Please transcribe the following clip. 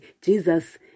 Jesus